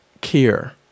care